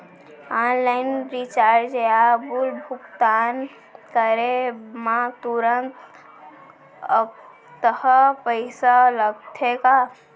Online recharge या bill भुगतान करे मा तुरंत अक्तहा पइसा लागथे का?